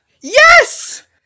Yes